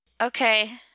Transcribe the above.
okay